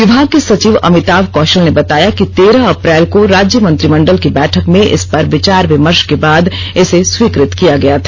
विभाग के सचिव अमिताभ कौषल ने बताया कि तेरह अप्रैल को राज्य मंत्रिमंडल की बैठक में इस पर विचार विमर्ष के बाद इसे स्वीकृत किया गया था